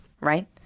Right